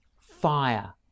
fire